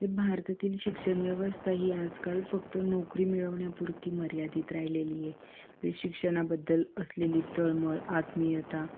भारतातील शिक्षण व्यवस्था ही आजकाल फक्त नोकरी मिळवण्यापुरती मर्यादित राहिलेली आहे शिक्षणाबद्दल असलेली तळमळ आत्मियता